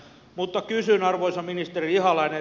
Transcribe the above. mutta kysyn arvoisa ministeri ihalainen